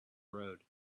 road